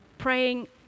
Praying